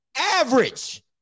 Average